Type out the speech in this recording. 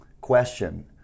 question